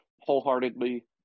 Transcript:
wholeheartedly